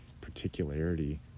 particularity